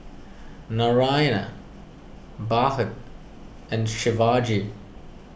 Narayana Bhagat and Shivaji